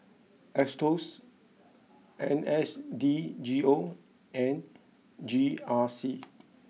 Aetos N S D G O and G R C